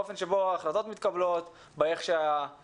כלומר באופן שבו ההחלטות מתקבלות ואיך שההתאחדות